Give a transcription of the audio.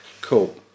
Cool